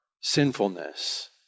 sinfulness